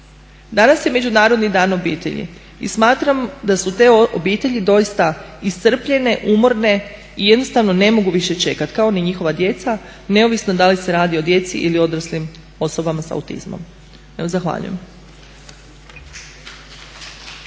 Danas je Međunarodni dan obitelji i smatram da su te obitelji doista iscrpljene, umorne i jednostavno ne mogu više čekati kao ni njihova djeca neovisno da li se radi o djeci ili odraslim osobama s autizmom. Evo tahvaljujem.